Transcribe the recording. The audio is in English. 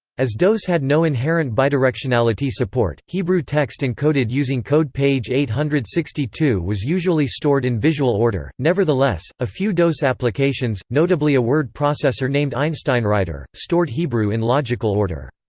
as dos had no inherent bidirectionality support, hebrew text encoded using code page eight hundred and sixty two was usually stored in visual order nevertheless, a few dos applications, notably a word processor named einsteinwriter, stored hebrew in logical order.